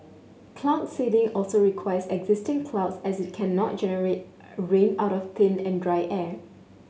cloud seeding also requires existing clouds as it cannot generate rain out of thin and dry air